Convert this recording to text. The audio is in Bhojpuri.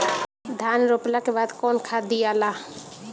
धान रोपला के बाद कौन खाद दियाला?